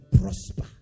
prosper